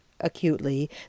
acutely